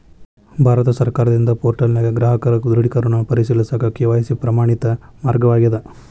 ಭಾರತ ಸರ್ಕಾರದಿಂದ ಪೋರ್ಟಲ್ನ್ಯಾಗ ಗ್ರಾಹಕರ ದೃಢೇಕರಣವನ್ನ ಪರಿಶೇಲಿಸಕ ಕೆ.ವಾಯ್.ಸಿ ಪ್ರಮಾಣಿತ ಮಾರ್ಗವಾಗ್ಯದ